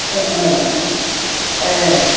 अ अ ए